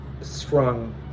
strung